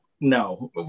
no